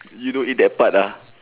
you don't eat that part ah